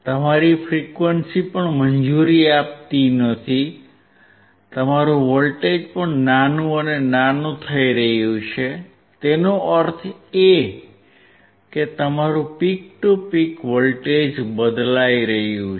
તમારી ફ્રીક્વંસી પણ મંજૂરી આપતી નથી અને તમારું વોલ્ટેજ પણ નાનું અને નાનું થઈ રહ્યું છે તેનો અર્થ એ કે તમારું પીક ટુ પીક વોલ્ટેજ બદલાઈ રહ્યું છે